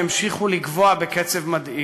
שהמשיכו לגווע בקצב מדאיג.